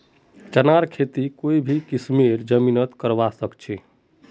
चनार खेती कोई भी किस्मेर जमीनत करवा सखछी